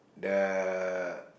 uh